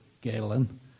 Galen